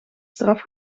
straf